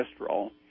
cholesterol